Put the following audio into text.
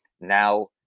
Now